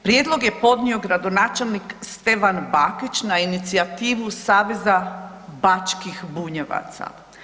Prijedlog je podnio gradonačelnik Stevan Bakić na inicijativu Saveza bačkih Bunjevaca.